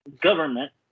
Government